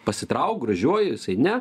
pasitrauk gražiuoju jisai ne